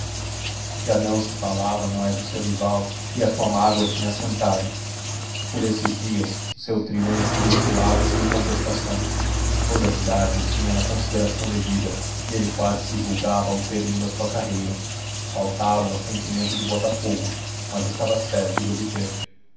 já não se falava mais no seu rival e a sua mágoa tinha assentado por esses dias o triunfo desfilava sem contestação toda a cidade o tinha na consideração devida e ele quase se julgava ao termo da sua carreira faltava o assentimento de botafogo mas estava certo de obter